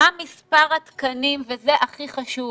מה מספר התקנים, וזה הכי חשוב.